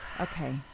Okay